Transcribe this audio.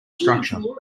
structure